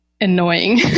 annoying